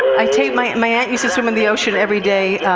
i taped my my aunt used to swim in the ocean every day